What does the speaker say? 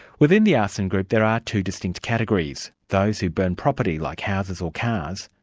within the arson group there are two distinct categories those who burn property, like houses or cars,